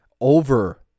over